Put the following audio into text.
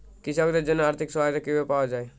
কৃষকদের জন্য আর্থিক সহায়তা কিভাবে পাওয়া য়ায়?